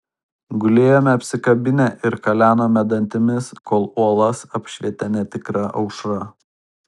gulėjome apsikabinę ir kalenome dantimis kol uolas apšvietė netikra aušra